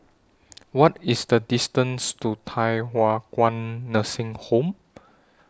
What IS The distance to Thye Hua Kwan Nursing Home